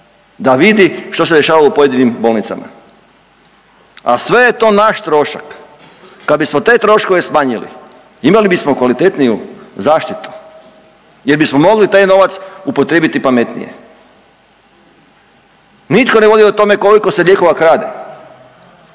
da vidi što se dešava u pojedinim bolnicama, a sve je to naš trošak. Kad bismo te troškove smanjili imali bismo kvalitetniju zaštitu jer bismo mogli taj novac upotrijebiti pametnije. Nitko ne vodi o tome koliko se lijekova krade,